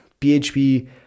PHP